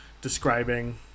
describing